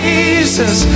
Jesus